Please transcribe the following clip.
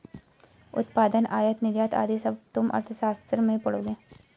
उत्पादन, आयात निर्यात आदि सब तुम अर्थशास्त्र में पढ़ोगे